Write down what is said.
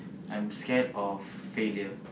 I'm scared of failure